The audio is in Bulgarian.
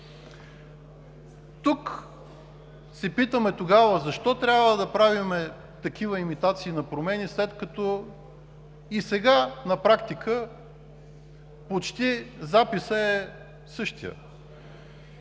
тук се питаме: защо трябва да правим такива имитации на промени, след като и сега на практика записът е почти